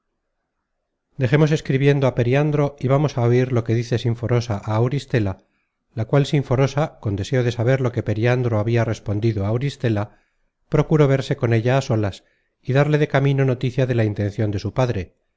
dejemos escribiendo á periandro y vamos á oir lo que dice sinforosa á auristela la cual sinforosa con deseo de saber lo que periandro habia respondido á auristela procuró verse con ella á solas y darle de camino noticia de la intencion de su padre